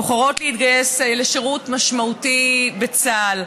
בוחרות לשרת שירות משמעותי בצה"ל.